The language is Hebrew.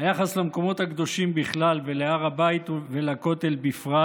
היחס למקומות הקדושים בכלל ולהר הבית ולכותל בפרט